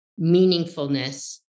meaningfulness